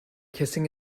kissing